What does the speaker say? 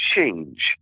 change